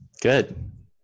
Good